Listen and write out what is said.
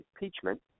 impeachment